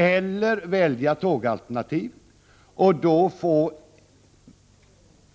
Eller också väljer man ett tågalternativ och får